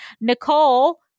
Nicole